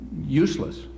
useless